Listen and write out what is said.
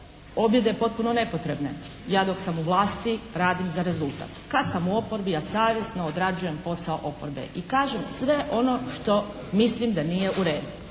objede potpuno nepotrebne. Ja dok sam u vlasti radim za rezultat. Kad sam u oporbi ja savjesno odrađujem posao oporbe. I kažem sve ono što mislim da nije u redu.